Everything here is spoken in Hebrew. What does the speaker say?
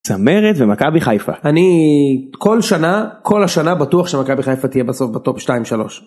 צמרת ומכבי חיפה אני כל שנה כל השנה בטוח שמכבי חיפה תהיה בסוף בטופ 2 3.